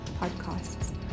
podcasts